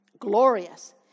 Glorious